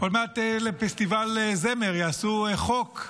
עוד מעט לפסטיבל זמר יעשו חוק,